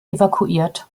evakuiert